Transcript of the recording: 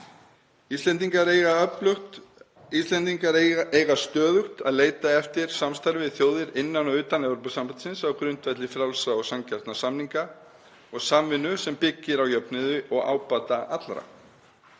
Íslendingar eiga stöðugt að leita eftir samstarfi við þjóðir innan og utan Evrópusambandsins á grundvelli frjálsra og sanngjarnra samninga og samvinnu sem byggir á jöfnuði og ábata allra.